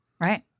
Right